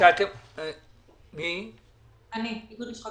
איגוד לשכות